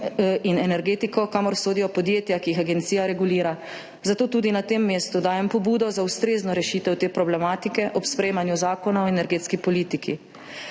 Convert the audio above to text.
in energetiko, kamor sodijo podjetja, ki jih agencija regulira. Zato tudi na tem mestu dajem pobudo za ustrezno rešitev te problematike ob sprejemanju Zakona o energetski politiki.